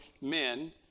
men